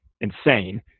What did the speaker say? insane